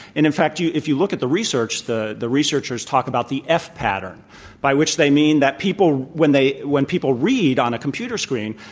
and, in fact, you if you look at the research, the the researchers talk about the f pattern by which they mean that people when they when people read on a computer screen,